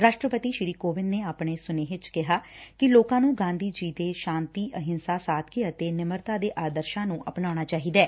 ਰਾਸ਼ਟਰਪਤੀ ਸ੍ਰੀ ਕੋਵਿੰਦ ਨੇ ਆਪਣੇ ਸੁਨੇਹੇ ਚ ਕਿਹਾ ਕਿ ਲੋਕਾ ਨੂੰ ਗਾਧੀ ਜੀ ਦੇ ਸ਼ਾਤੀ ਅਹਿੰਸਾ ਸਾਦਗੀ ਅਤੇ ਨਿਮਰਤਾ ਦੇ ਆਦਰਸਾਂ ਨੂੰ ਅਪਣਾਉਣਾ ਚਾਹੀਦੈ